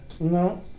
No